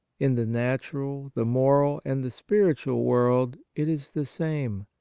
in the natural, the moral, and the spiritual world it is the same.